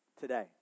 today